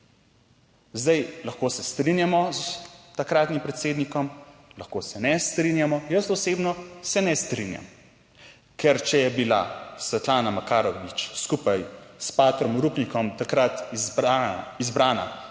Zdaj, lahko se strinjamo s takratnim predsednikom, lahko se ne strinjamo, jaz osebno se ne strinjam. Ker če je bila Svetlana Makarovič skupaj s patrom Rupnikom takrat izbrana